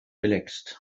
relaxed